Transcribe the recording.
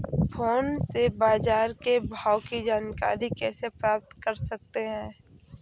Phone से बाजार के भाव की जानकारी कैसे प्राप्त कर सकते हैं?